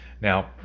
Now